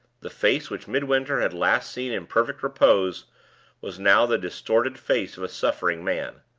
the face which midwinter had last seen in perfect repose was now the distorted face of a suffering man.